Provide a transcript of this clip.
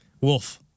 Wolf